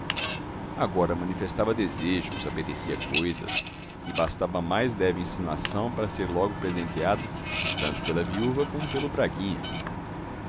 agora manifestava desejos apetecia coisas e bastava a mais leve insinuação para ser logo presenteado tanto pela viúva como pelo braguinha